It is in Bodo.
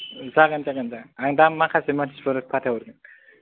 जागोन जागोन जागोन आं दा माखासे मानसिफोर फाथाय हरगोन